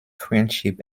friendship